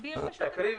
תסביר את החובה.